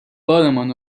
بارمان